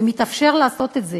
ויתאפשר לעשות את זה